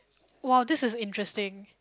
!wow! this is interesting